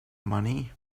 money